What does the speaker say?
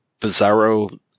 bizarro